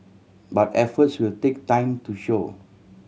but efforts will take time to show